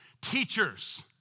teachers